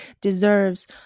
deserves